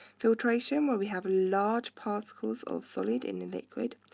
filtration, where we have large particles of solid in a liquid.